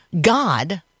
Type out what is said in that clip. God